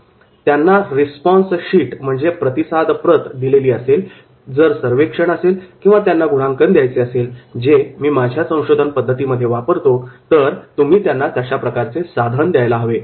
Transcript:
त्यांना प्रतिसाद प्रत response sheet रिस्पॉन्स शीट दिलेली असेल जर सर्वेक्षण असेल किंवा त्यांना गुणांकन द्यायचे असेल जे मी माझ्या संशोधन पद्धती मध्ये वापरतो तर तुम्ही त्यांना तशा प्रकारचे साधन द्यायला हवे